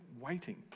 waiting